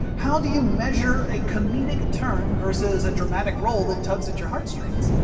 how do you measure a comedic turn versus a dramatic role that tugs at your heartstrings?